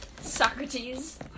Socrates